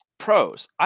Pros